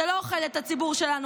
זה לא אוכל את הציבור שלנו.